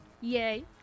Yay